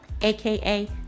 AKA